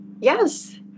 Yes